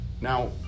Now